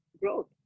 growth